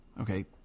okay